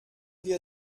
wir